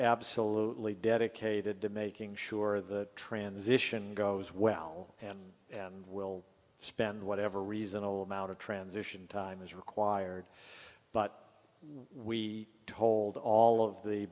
absolutely dedicated to making sure the transition goes well and we'll spend whatever reason or amount of transition time is required but we told all of the